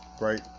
right